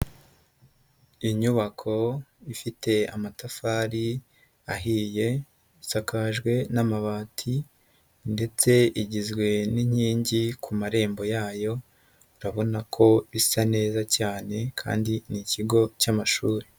Inyubako ifite amatafari ahiye, isakajwe n'amabati ndetse igizwe n'inkingi ku marembo yayo, urabona ko isa neza cyane kandi n'ikigo cy'amashuri.